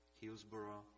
Hillsborough